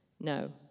No